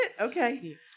Okay